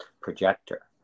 projector